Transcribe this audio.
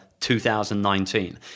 2019